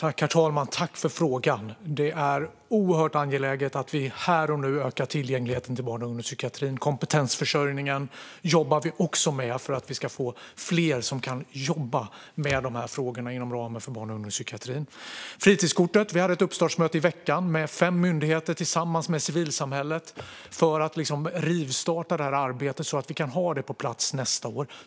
Herr talman! Jag tackar ledamoten för frågan. Det är oerhört angeläget att vi här och nu ökar tillgängligheten till barn och ungdomspsykiatrin. Vi jobbar också med kompetensförsörjningen för att vi ska få fler som kan jobba med dessa frågor inom ramen för barn och ungdomspsykiatrin. När det gäller fritidskortet hade vi ett uppstartsmöte i veckan med fem myndigheter och civilsamhället för att rivstarta detta arbete så att vi kan ha kortet på plats nästa år.